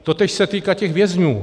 Totéž se týká těch vězňů.